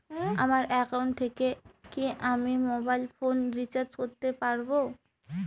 আমার একাউন্ট থেকে কি আমি মোবাইল ফোন রিসার্চ করতে পারবো?